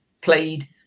played